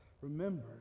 remember